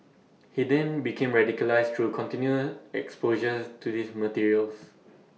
he then became radicalised through continued exposure to these materials